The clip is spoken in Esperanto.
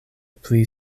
pli